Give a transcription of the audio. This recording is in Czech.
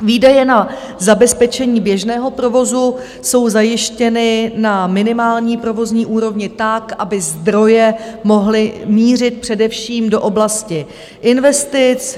Výdaje na zabezpečení běžného provozu jsou zajištěny na minimální provozní úrovni tak, aby zdroje mohly mířit především do oblasti investic.